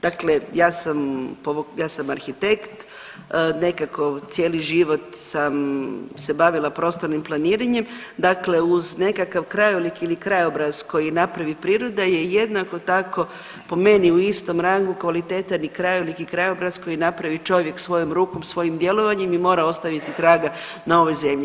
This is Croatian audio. Dakle, ja sam arhitekt nekako cijeli život sam se bavila prostornim planiranjem, dakle uz nekakav krajolik ili krajobraz koji napravi priroda je jednako tako po meni u istom rangu kvalitetan i krajolik i krajobraz koji napravi čovjek svojom rukom, svojim djelovanjem i mora ostaviti traga na ovoj zemlji.